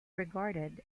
regarded